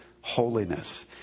holiness